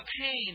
pain